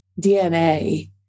DNA